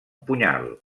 punyal